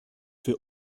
für